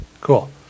Cool